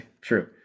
True